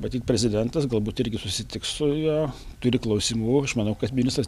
matyt prezidentas galbūt irgi susitiks su juo turi klausimų aš manau kad ministras